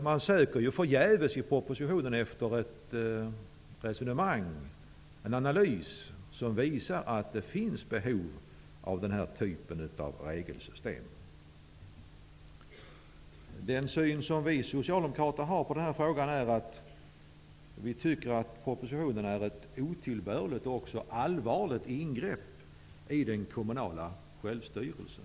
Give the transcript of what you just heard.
Man söker förgäves i propositionen efter ett resonemang, en analys, som visar att det finns behov av den här typen av regelsystem. Socialdemokraternas syn på den här frågan är att propositionen är ett otillbörligt och allvarligt ingrepp i den kommunala självstyrelsen.